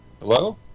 Hello